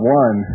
one